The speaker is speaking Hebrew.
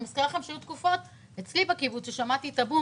אני מזכירה לכם שהיו תקופות בקיבוץ שלי ששמעתי את הבום